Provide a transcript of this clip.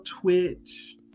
Twitch